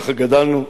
ככה גדלנו,